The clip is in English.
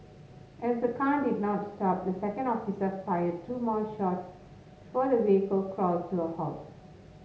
as the car did not stop the second officer fired two more shots before the vehicle crawled to a halt